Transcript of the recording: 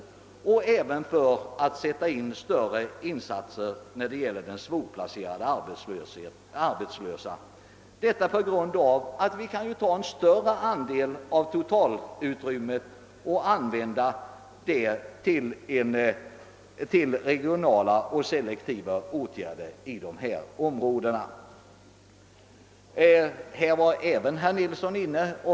Den ger oss även tillfälle att göra större insatser när det gäller svårplacerade arbetslösa. Genom att vi får ett större totalt utrymme kan vi använda en större andel till regionala och selektiva åtgärder i dessa områden. Herr Nilsson i Tvärålund var inne på detta.